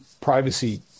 privacy